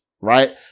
right